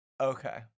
Okay